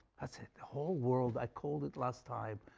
that's it, the whole world i called it last time,